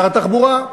שר התחבורה.